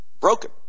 broken